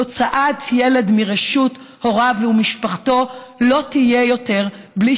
הוצאת ילד מרשות הוריו ומשפחתו לא תהיה יותר בלי